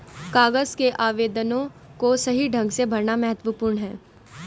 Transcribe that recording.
कागज के आवेदनों को सही ढंग से भरना महत्वपूर्ण है